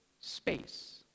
space